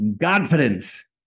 confidence